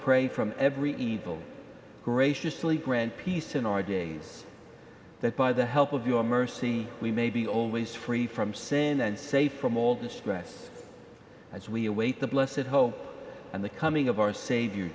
pray from every evil graciously grant peace in our days that by the help of your mercy we may be always free from sin and safe from all distress as we await the bless at home and the coming of our savior